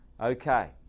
Okay